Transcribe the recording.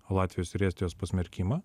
latvijos ir estijos pasmerkimą